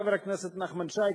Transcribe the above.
חבר הכנסת נחמן שי,